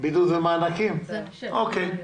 בידוד ומענקים אוקיי.